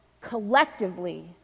collectively